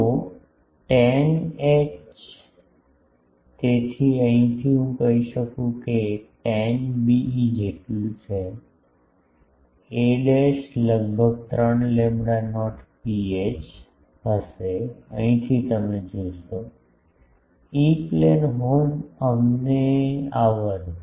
તો tan H તેથી અહીંથી હું કહી શકું છું કે tan be એટલું છે એ લગભગ 3 લેમ્બડા નોટ ρh હશે અહીંથી તમે જોશો ઇ પ્લેન હોર્ન અમને આવવા દો